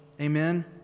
Amen